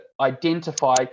identify